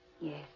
Yes